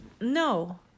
No